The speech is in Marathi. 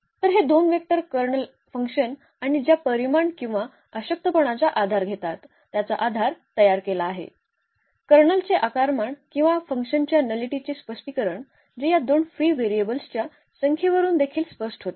तर हे दोन वेक्टर कर्नल F आणि ज्या परिमाण किंवा अशक्तपणाचा आधार घेतात त्याचा आधार तयार केला आहे कर्नलचे आकारमान किंवा या F च्या नलिटीचे स्पष्टीकरण जे या दोन फ्री व्हेरिएबल्सच्या संख्येवरून देखील स्पष्ट होते